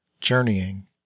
journeying